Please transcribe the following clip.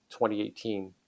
2018